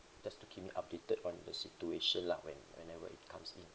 just to keep me updated on the situation lah when whenever it comes in